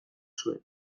zuen